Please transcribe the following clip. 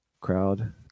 crowd